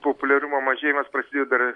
populiarumo mažėjimas prasidėjo dar